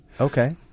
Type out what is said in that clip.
Okay